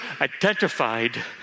identified